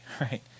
right